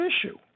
issue